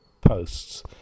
posts